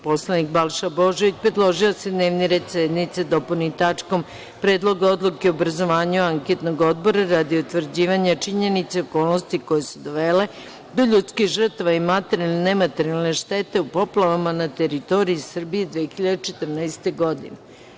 Poslanik Balša Božović predložio je da se dnevni red sednice dopuni tačkom – Predlog odluke o obrazovanju anketnog odbora radi utvrđivanja činjenica i okolnosti koje su dovele do ljudskih žrtava i materijalne i nematerijalne štete u poplavama na teritoriji Srbije 2014. godine.